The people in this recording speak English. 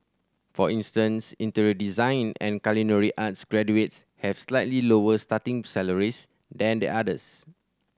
for instance interior design and culinary arts graduates have slightly lower starting salaries than the others